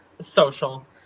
Social